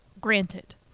Granted